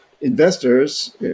Investors